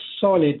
solid